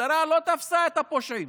המשטרה לא תפסה את הפושעים.